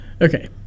okay